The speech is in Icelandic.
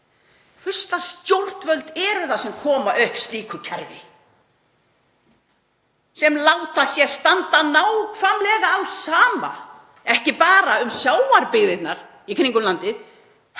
lags stjórnvöld eru það sem koma upp slíku kerfi? Sem láta sér standa nákvæmlega á sama, ekki bara um sjávarbyggðirnar í kringum landið